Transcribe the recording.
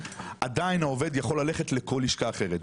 עדיין העובד יכול ללכת לכל לשכה אחרת.